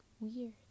weird